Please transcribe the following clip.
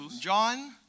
John